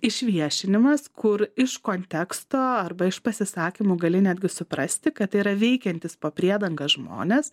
išviešinimas kur iš konteksto arba iš pasisakymų gali netgi suprasti kad tai yra veikiantys po priedanga žmonės